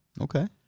Okay